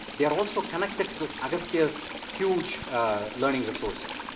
they are also connected to agastya's huge learning resources.